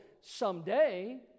someday